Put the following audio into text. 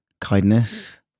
Kindness